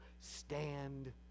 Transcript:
stand